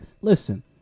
listen